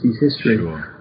history